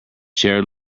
chair